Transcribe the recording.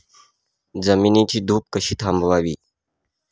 जमिनीची धूप कशी थांबवावी?